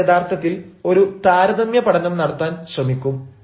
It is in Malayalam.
അവർ യഥാർത്ഥത്തിൽ ഒരു താരതമ്യ പഠനം നടത്താൻ ശ്രമിക്കും